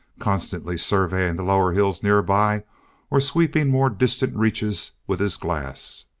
constantly surveying the lower hills nearby or sweeping more distant reaches with his glass.